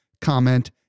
comment